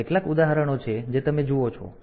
તેથી આ કેટલાક ઉદાહરણો છે જે તમે જુઓ છો